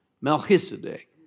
Melchizedek